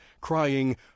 crying